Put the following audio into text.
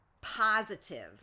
positive